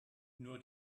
nur